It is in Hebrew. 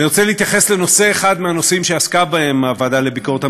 אני רוצה להתייחס לנושא אחד מהנושאים שעסקה בהם הוועדה לביקורת המדינה,